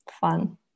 fun